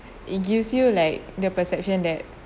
it gives you like their perception that